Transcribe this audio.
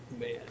man